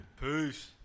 peace